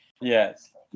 Yes